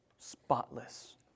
Spotless